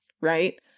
right